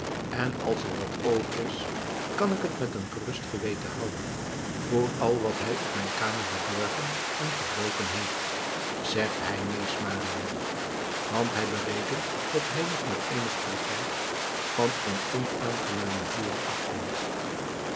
en als er wat over is kan ik het met een gerust geweten houden voor al wat hij op mijn kamer bedorven en gebroken heeft zegt hij meesmuilend want hij berekent dat hij nog met eenig profijt van een onaangenamen huurder afkomt